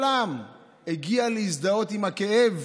כל העם הגיע להזדהות עם הכאב,